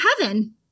heaven